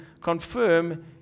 confirm